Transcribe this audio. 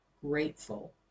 grateful